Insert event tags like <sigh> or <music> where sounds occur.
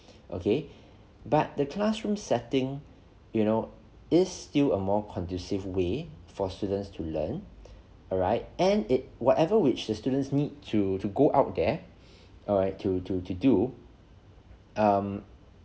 okay <breath> but the classroom setting you know is still a more conducive way for students to learn <breath> alright and it whatever which the students need to to go out there <breath> alright to to to do um